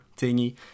thingy